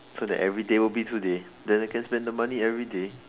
so that everyday will be today than I can spend the money everyday